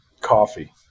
Coffee